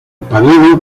padrino